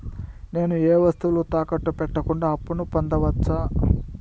నేను ఏ వస్తువులు తాకట్టు పెట్టకుండా అప్పును పొందవచ్చా?